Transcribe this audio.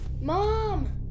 Mom